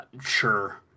sure